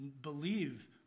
believe